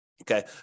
Okay